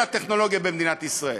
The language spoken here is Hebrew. של הטכנולוגיה במדינת ישראל.